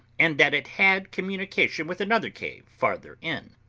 and that it had communication with another cave farther in,